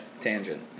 Tangent